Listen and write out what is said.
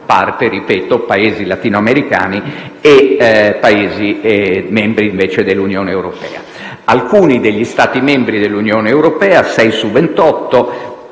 parte - ripeto - Paesi latino-americani e Stati membri dell'Unione europea. Alcuni degli Stati membri dell'Unione europea - 6 su 28